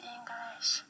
English